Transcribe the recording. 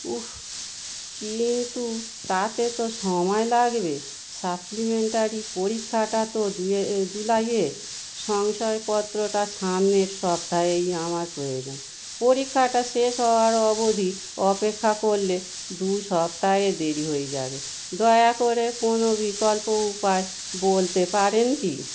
উফ কিন্তু তাতে তো সময় লাগবে সাপ্লিমেন্টারি পরীক্ষাটা তো জুয়ে এ জুলাইয়ে শংসয় পত্রটা সামনের সপ্তাহেই আমার প্রয়োজন পরীক্ষাটা শেষ হওয়ার অবধি অপেক্ষা করলে দু সপ্তাহে দেরি হয়ে যাবে দয়া করে কোনো বিকল্প উপায় বলতে পারেন কি